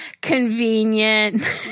convenient